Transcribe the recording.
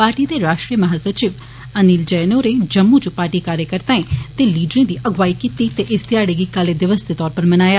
party दे राश्ट्रीय महा सचिव अनिल जैन होरें जम्मू च पार्टी कार्यकर्ताएं ते लीडरें दी अगुवाई कीती ते इस ध्याड़े गी काले दिवस दे तौर पर मनाया